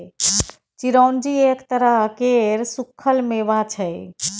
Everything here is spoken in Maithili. चिरौंजी एक तरह केर सुक्खल मेबा छै